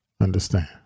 understand